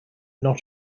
not